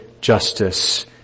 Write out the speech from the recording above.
justice